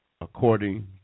according